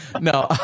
no